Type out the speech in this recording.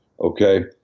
okay